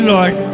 Lord